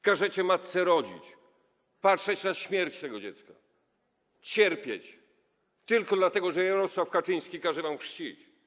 Każecie matce rodzić, patrzeć na śmierć tego dziecka, cierpieć, tylko dlatego że Jarosław Kaczyński każe wam chrzcić.